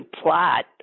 plot